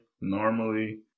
normally